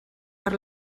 per